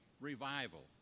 revival